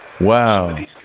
Wow